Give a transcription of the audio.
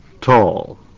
tall